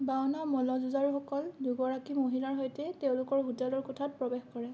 বাওনা মল্লযুঁজাৰুসকল দুগৰাকী মহিলাৰ সৈতে তেওঁলোকৰ হোটেলৰ কোঠাত প্ৰৱেশ কৰে